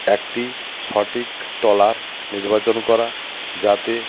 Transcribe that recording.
একটি সঠিক ট্রেলার নির্বাচন করা যাতে